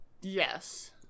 Yes